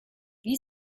wie